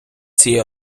цією